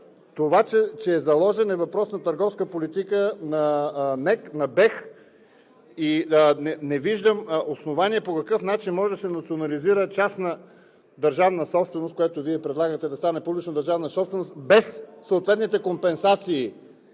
Това, че е заложен, е въпрос на търговска политика на НЕК, на БЕХ и не виждам основание по какъв начин може да се национализира частна държавна собственост, която Вие предлагате да стане публична държавна собственост, без съответните компенсации.